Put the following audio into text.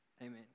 Amen